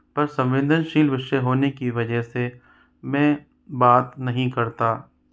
संवेदनशील विषय होने की वजह से मैं बात नहीं करता